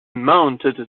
mounted